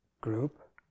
group